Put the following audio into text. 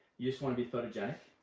you just want to be photogenic?